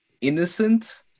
innocent